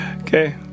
Okay